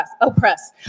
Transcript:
oppress